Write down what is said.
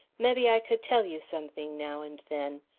mebbe i could tell you something, now and then.